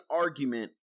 argument